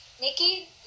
Nikki